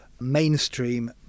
mainstream